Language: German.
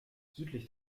südlich